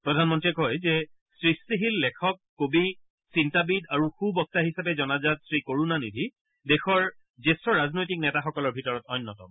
প্ৰধানমন্ত্ৰীয়ে কয় যে সৃষ্টিশীল লেখক কবি চিন্তাবিদ আৰু সু বক্তা হিচাপে জনাজাত শ্ৰী কৰুণানিধি দেশৰ জ্যেষ্ঠ ৰাজনৈতিক নেতাসকলৰ ভিতৰত অন্যতম